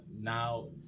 now